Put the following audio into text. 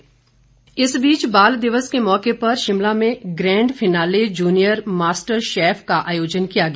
grand finale इस बीच बाल दिवस के मौके पर शिमला में grand finale junior master chef का आयोजन किया गया